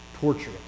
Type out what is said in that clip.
torture